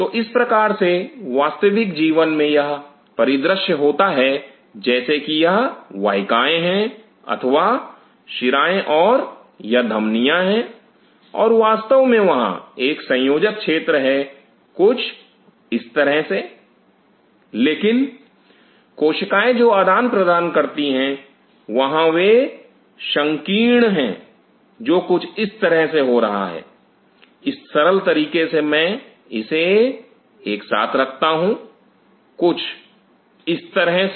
तो इस प्रकार से वास्तविक जीवन में यह परिदृश्य होता है जैसे कि यह वाहिकाएं हैं अथवा शिराएं और यह धमनिया हैं और वास्तव में वहां एक संयोजक क्षेत्र है कुछ इस तरह से लेकिन केशिकाएं जो आदान प्रदान करती हैं वहां वे संकीर्ण है जो कि कुछ इस तरह से हो रहा है इस सरल तरीके से मैं इसे एक साथ रखता हूं कुछ इस तरह से